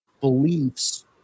beliefs